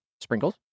Sprinkles